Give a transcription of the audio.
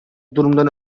durumdan